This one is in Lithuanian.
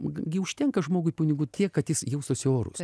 gi užtenka žmogui pinigų tiek kad jis jaustųsi orus